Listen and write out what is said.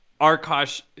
Arkosh